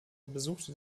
besuchte